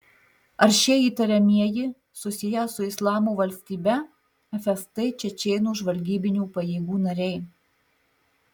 ar šie įtariamieji susiję su islamo valstybe fst čečėnų žvalgybinių pajėgų nariai